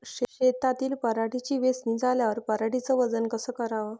शेतातील पराटीची वेचनी झाल्यावर पराटीचं वजन कस कराव?